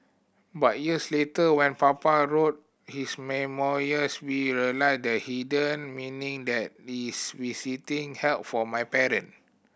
but years later when Papa wrote his memoirs we realised the hidden meaning that this visiting held for my parent